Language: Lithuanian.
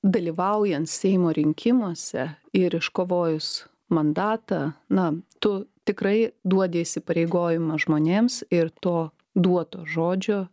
dalyvaujant seimo rinkimuose ir iškovojus mandatą na tu tikrai duodi įsipareigojimą žmonėms ir to duoto žodžio